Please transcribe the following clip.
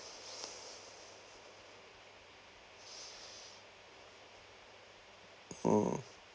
hmm